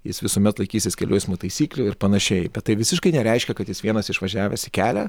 jis visuomet laikysis kelių eismo taisyklių ir panašiai bet tai visiškai nereiškia kad jis vienas išvažiavęs į kelią